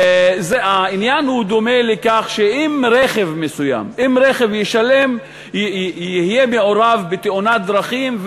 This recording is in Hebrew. העניין דומה לכך שאם רכב מסוים יהיה מעורב בתאונת דרכים,